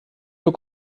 nur